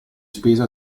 spesa